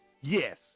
Yes